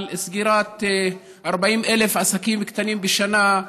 על סגירת 40,000 עסקים קטנים בשנה,